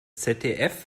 zdf